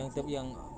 yang tapi yang ah